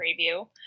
preview